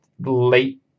late